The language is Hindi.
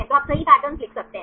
तो आप सही पैटर्न लिख सकते हैं